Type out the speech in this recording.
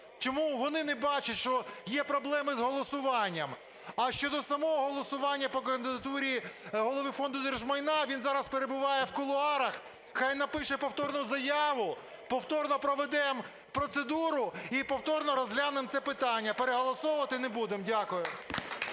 Чому вони не бачать, що є проблеми з голосуванням? А щодо самого голосування по кандидатурі Голови Фонду держмайна, він зараз перебуває в кулуарах, хай напише повторну заяву, повторно проведемо процедуру і повторно розглянемо це питання. Переголосовувати не будемо. Дякую.